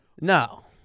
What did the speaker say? No